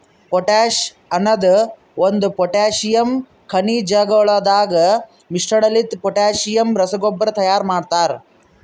potash ಅನದ್ ಒಂದು potassium ಖನಿಜಗೊಳದಾಗ್ ಮಿಶ್ರಣಲಿಂತ ಪೊಟ್ಯಾಸಿಯಮ್ ರಸಗೊಬ್ಬರ ತೈಯಾರ್ ಮಾಡ್ತರ